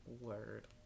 Word